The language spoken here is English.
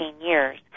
years